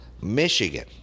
Michigan